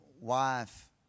wife